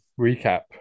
recap